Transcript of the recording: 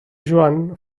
joan